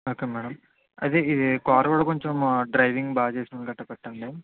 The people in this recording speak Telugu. ఓకే మేడం అదీ ఇది కార్ కూడా కొంచం డ్రైవింగ్ బాగా చేసే వాళ్ళని గట్టా పెట్టండి